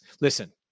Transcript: listen